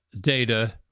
data